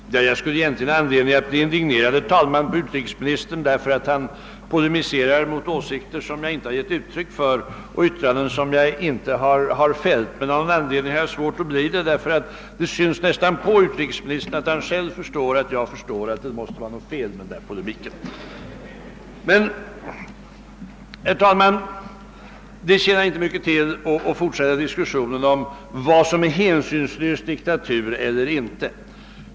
Herr talman! Jag skulle egentligen ha anledning att bli indignerad mot utrikesministern, eftersom han polemiserar mot åsikter som jag inte givit uttryck för och yttranden som jag inte har fällt. Men av någon anledning har jag svårt att bli det, eftersom det nästan syns på honom att han förstår att jag förstår att det är något fel på hans sätt att polemisera. Herr talman! Det tjänar inte mycket till att fortsätta diskussionen om vad som är hänsynslös diktatur eller inte.